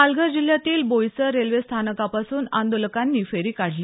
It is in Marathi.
पालघर जिल्ह्यातील बोईसर रेल्वे स्थानकापासून आंदोलकांनी फेरी काढली